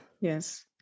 Yes